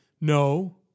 No